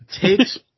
takes